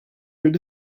gün